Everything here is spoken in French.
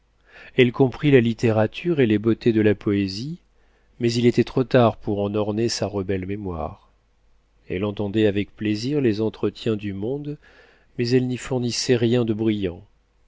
elle comprit la littérature et les beautés de la poésie mais il était trop tard pour en orner sa rebelle mémoire elle entendait avec plaisir les entretiens du monde mais elle n'y fournissait rien de brillant